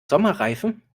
sommerreifen